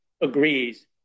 agrees